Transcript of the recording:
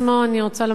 אני רוצה לומר לך,